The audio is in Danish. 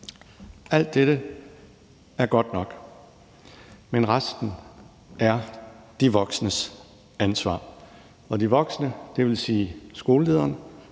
Alt dette er godt nok, men resten er de voksnes ansvar – og »de voksne« vil sige skolelederen,